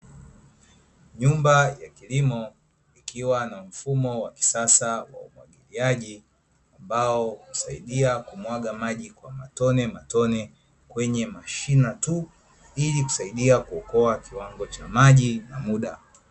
Nyumba ya kilimo ikiwa na mfumo wa kisasa wa kilimo, ambao husaidia kumwaga maji kwa matone matone kwenye mashina tu ili kusaidia kuokoa kiwango cha maji kwa muda.